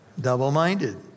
Double-minded